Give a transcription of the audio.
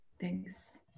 thanks